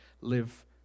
live